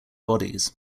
bodies